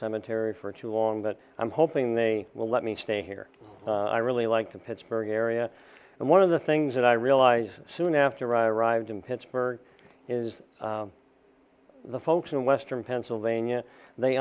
cemetery for too long but i'm hoping they will let me stay here i really like the pittsburgh area and one of the things that i realized soon after i arrived in pittsburgh is that the folks in western pennsylvania they